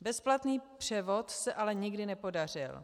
Bezplatný převod se ale nikdy nepodařil.